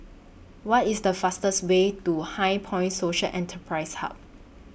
What IS The fastest Way to HighPoint Social Enterprise Hub